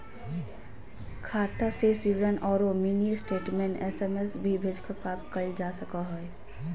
खाता शेष विवरण औरो मिनी स्टेटमेंट एस.एम.एस भी भेजकर प्राप्त कइल जा सको हइ